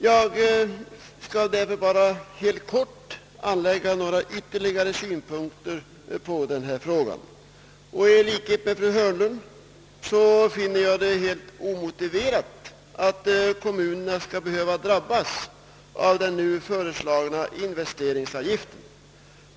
Jag skall därför bara helt kort anlägga några ytterligare synpunkter på denna fråga. I likhet med fru Hörnlund finner jag det helt omotiverat att kommunerna skall behöva drabbas av den föreslagna investeringsavgiften.